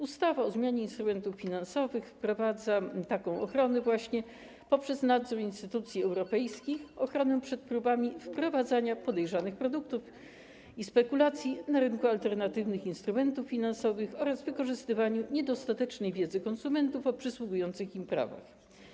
Ustawa o zmianie instrumentów finansowych wprowadza taką właśnie ochronę poprzez nadzór instytucji europejskich i ochronę przed próbami wprowadzania podejrzanych produktów, spekulacji na rynku alternatywnych instrumentów finansowych oraz wykorzystywania niedostatecznej wiedzy konsumentów o przysługujących im prawach.